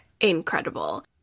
incredible